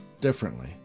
differently